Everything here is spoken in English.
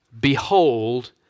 Behold